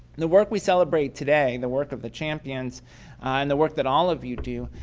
and the work we celebrate today, the work of the champions and the work that all of you do,